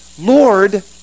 Lord